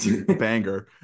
Banger